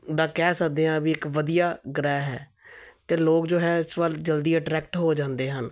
ਦਾ ਕਹਿ ਸਕਦੇ ਹਾਂ ਵੀ ਇੱਕ ਵਧੀਆ ਗ੍ਰਹਿ ਹੈ ਅਤੇ ਲੋਕ ਜੋ ਹੈ ਇਸ ਵੱਲ ਜਲਦੀ ਅਟਰੈਕਟ ਹੋ ਜਾਂਦੇ ਹਨ